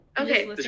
Okay